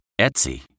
Etsy